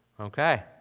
Okay